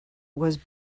was